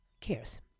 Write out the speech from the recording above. cares